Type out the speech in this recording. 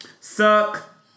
suck